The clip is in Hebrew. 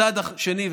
מצד שני,